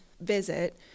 visit